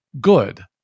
good